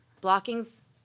Blocking's